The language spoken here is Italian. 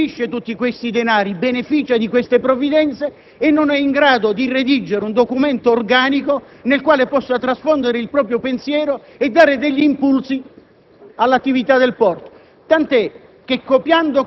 si è costituito un plagio. Questo signore percepisce tutti questi denari e beneficia di una serie di provvidenze e non è in grado di redigere un documento organico nel quale possa trasfondere il proprio pensiero e dare degli impulsi